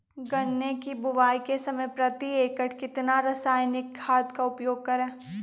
गन्ने की बुवाई के समय प्रति एकड़ कितना रासायनिक खाद का उपयोग करें?